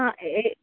ఏ